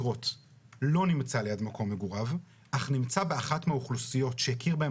לא נמצא ליד מקום מגוריו אך נמצא באחת מהאוכלוסיות שהכיר בהן